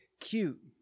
cute